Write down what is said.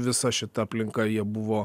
visa šita aplinka jie buvo